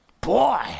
Boy